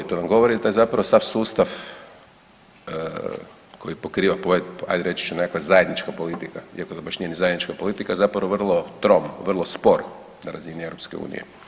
To nam govori da je zapravo sav sustav koji pokriva, ajde reći ću nekakva zajednička politika iako to baš nije ni zajednička politika zapravo vrlo tromo, vrlo sporo na razini EU.